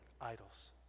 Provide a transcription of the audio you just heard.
idols